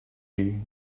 you